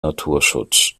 naturschutz